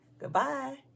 Goodbye